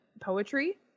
poetry